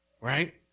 right